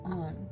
on